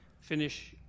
finish